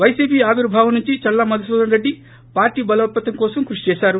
YCP ఆవిర్భావం నుంచి చల్లా మధుసూదన్ రెడ్డి పార్టీ బలోపేతం కోసం కృషి చేశారు